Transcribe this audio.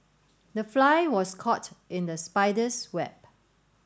the fly was caught in the spider's web